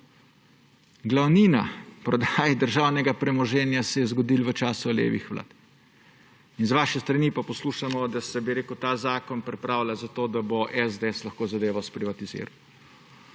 Glavnina prodaje državnega premoženja se je zgodilo v času levih vlad. Z vaše strani pa poslušamo, da se ta zakon pripravlja zato, da bo SDS lahko zadevo sprivatiziral.